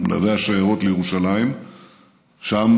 מלווי השיירות לירושלים שם,